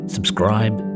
Subscribe